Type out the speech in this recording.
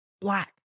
black